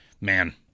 Man